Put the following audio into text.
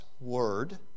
word